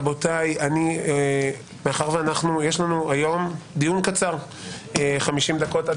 היום יהיה דיון קצר באורך של 50 דקות.